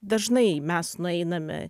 dažnai mes nueiname